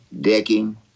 Decking